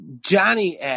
Johnny